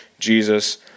Jesus